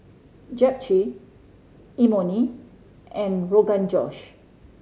Japchae Imoni and Rogan Josh